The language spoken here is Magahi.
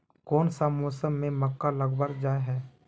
कोन सा मौसम में मक्का लगावल जाय है?